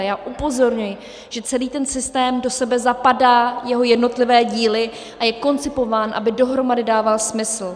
Já upozorňuji, že celý ten systém do sebe zapadá, jeho jednotlivé díly, a je koncipován, aby dohromady dával smysl.